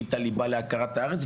תוכנית הליבה להכרת הארץ,